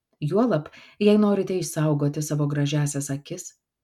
juolab jei norite išsaugoti savo gražiąsias akis